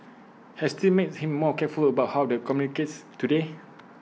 has this made him more careful about how he communicates today